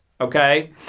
Okay